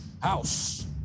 house